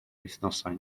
wythnosau